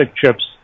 chips